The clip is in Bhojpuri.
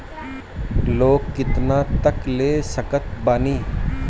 लोन कितना तक ले सकत बानी?